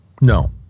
No